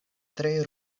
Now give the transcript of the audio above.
tre